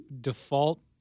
default